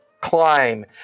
climb